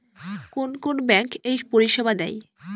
কোন কোন ব্যাঙ্ক এই পরিষেবা দেয়?